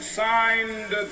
signed